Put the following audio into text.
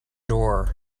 door